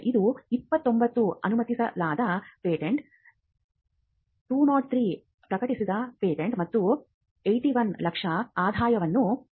ಇದು 29 ಅನುಮತಿಸಲಾದ ಪೇಟೆಂಟ್ 203 ಪ್ರಕಟಿತ ಪೇಟೆಂಟ್ ಮತ್ತು 81 ಲಕ್ಷ ಆದಾಯವನ್ನು ಹೊಂದಿದೆ